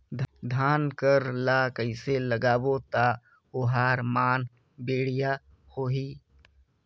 धान कर ला कइसे लगाबो ता ओहार मान बेडिया होही?